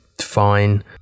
fine